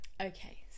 Okay